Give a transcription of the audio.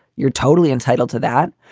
you're totally entitled to that.